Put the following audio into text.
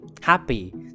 happy